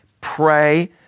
Pray